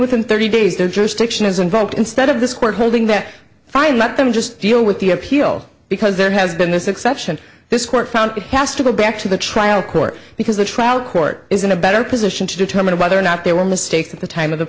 invoked instead of this court holding that fine let them just deal with the appeal because there has been this exception this court found it has to go back to the trial court because the trial court is in a better position to determine whether or not there were mistakes at the time of the